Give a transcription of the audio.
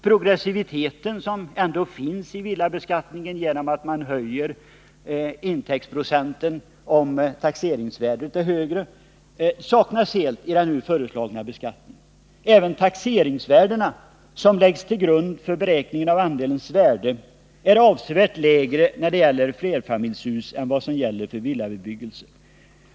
Progressiviteten, som finns i villabeskattningen genom att intäktsprocenten höjs alltefter villans taxeringsvärde, saknas helt i den nu föreslagna beskattningen. Även taxeringsvärdet, som läggs till grund för beräkning av andelens värde, är avsevärt lägre för flerfamiljshus än för villabebyggelse.